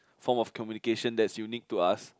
form of communication that is unique to us